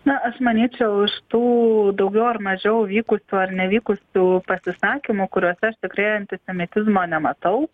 na aš manyčiau iš tų daugiau ar mažiau vykusių ar nevykusių pasisakymų kuriuose aš tikrai antisemitizmo nematau